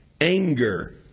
anger